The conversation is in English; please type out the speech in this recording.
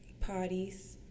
parties